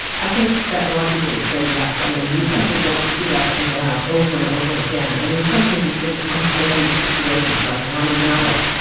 i think that a lot of people would say yes. i mean, these. ok. people don't suit up and go out over and over again and in some cases, deal with unpleasant situations, like rami malek,